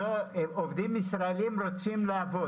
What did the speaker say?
עובדים ישראלים רוצים לעבוד.